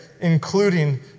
including